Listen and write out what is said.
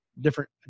Different